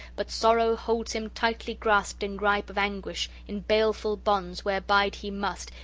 but sorrow holds him tightly grasped in gripe of anguish, in baleful bonds, where bide he must,